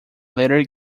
latter